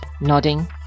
nodding